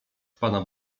pana